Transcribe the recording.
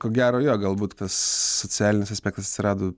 ko gero jo galbūt tas socialinis aspektas atsirado